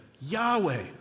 Yahweh